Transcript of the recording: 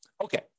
Okay